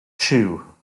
two